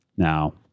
Now